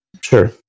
Sure